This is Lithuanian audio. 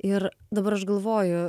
ir dabar aš galvoju